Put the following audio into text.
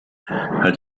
hat